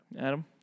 Adam